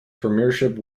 premiership